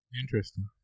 Interesting